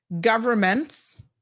governments